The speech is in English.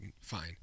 Fine